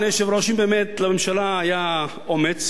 אדוני היושב-ראש: אם באמת לממשלה היה אומץ,